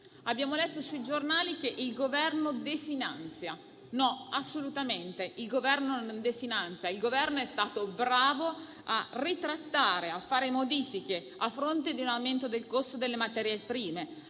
Abbiamo letto sui giornali che il Governo definanzia. No, assolutamente il Governo non definanzia: il Governo è stato bravo a ritrattare, a fare modifiche a fronte di un aumento del costo delle materie prime,